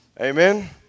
Amen